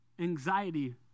anxiety